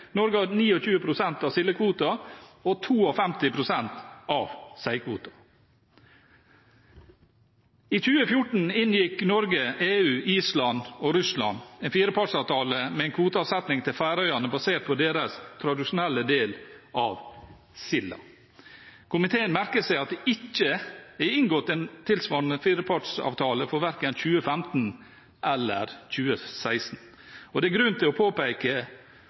Norge har 29 pst. av sildekvoten og 52 pst. av seikvoten. I 2014 inngikk Norge, EU, Island og Russland en firepartsavtale med en kvoteavsetning til Færøyene basert på deres tradisjonelle del av silden. Komiteen merker seg at det ikke er inngått en tilsvarende firepartsavtale for verken 2015 eller 2016. Det er grunn til å påpeke